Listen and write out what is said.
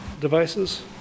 devices